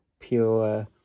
pure